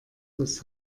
des